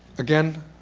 again,